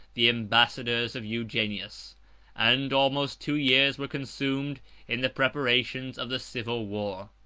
the ambassadors of eugenius and almost two years were consumed in the preparations of the civil war.